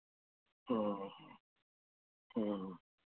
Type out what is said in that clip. ह्म्म ह्म्म